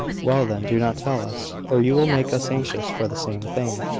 well, then, do not tell us, or you will make us anxious for the same thing.